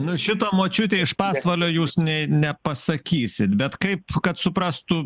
nu šito močiutei iš pasvalio jūs nė nepasakysit bet kaip kad suprastų